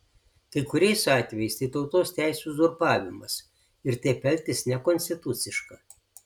kai kuriais atvejais tai tautos teisių uzurpavimas ir taip elgtis nekonstituciška